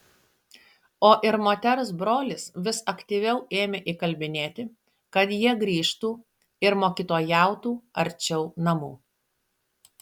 o ir moters brolis vis aktyviau ėmė įkalbinėti kad jie grįžtų ir mokytojautų arčiau namų